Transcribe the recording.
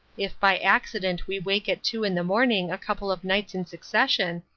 if by accident we wake at two in the morning a couple of nights in succession,